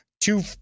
two